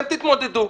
אתם תתמודדו.